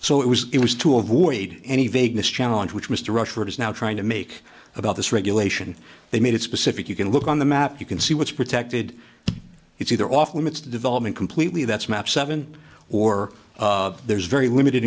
so it was it was to avoid any vagueness challenge which mr rushford is now trying to make about this regulation they made it specific you can look on the map you can see what's protected it's either off limits development completely that's map seven or there's very limited